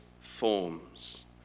forms